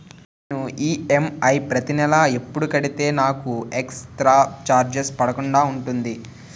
నేను ఈ.ఎమ్.ఐ ప్రతి నెల ఎపుడు కడితే నాకు ఎక్స్ స్త్ర చార్జెస్ పడకుండా ఉంటుంది?